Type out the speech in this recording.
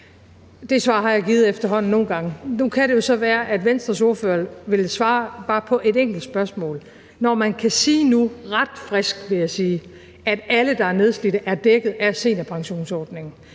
Det svar har jeg givet efterhånden nogle gange. Nu kan det jo så være, at Venstres ordfører vil svare bare på et enkelt spørgsmål. Når man kan sige nu – ret friskt, vil jeg sige – at alle, der er nedslidte, er dækket af seniorpensionsordningen,